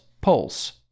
Pulse